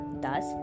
Thus